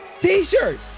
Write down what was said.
t-shirt